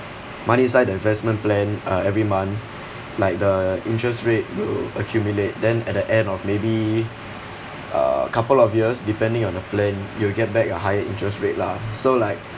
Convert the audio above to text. money inside the investment plan uh every month like the interest rate will accumulate then at the end of maybe a couple of years depending on the plan you'll get back a higher interest rate lah so like